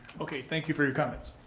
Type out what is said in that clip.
okay, thank you for your comments.